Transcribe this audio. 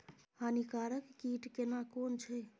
हानिकारक कीट केना कोन छै?